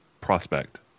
prospect